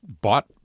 bought